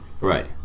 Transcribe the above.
Right